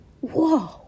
whoa